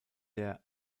der